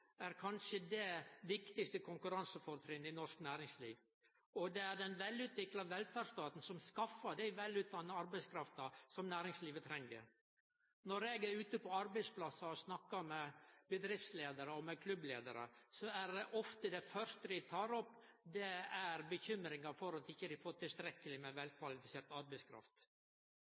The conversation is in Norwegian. er kanskje det viktigaste konkurransefortrinnet i norsk næringsliv, og det er den velutvikla velferdsstaten som skaffar den velutdanna arbeidskrafta som næringslivet treng. Når eg er ute på arbeidsplassar og snakkar med bedriftsleiarar og med klubbleiarar, er ofte det første dei tar opp, bekymringa for at dei ikkje får tilstrekkeleg med velkvalifisert arbeidskraft.